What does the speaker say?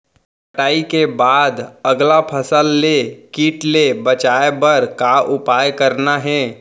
कटाई के बाद अगला फसल ले किट ले बचाए बर का उपाय करना हे?